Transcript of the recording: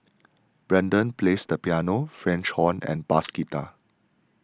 Brendan plays the piano French horn and bass guitar